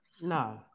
No